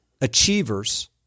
Achievers